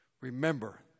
Remember